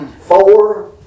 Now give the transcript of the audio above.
Four